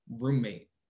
roommate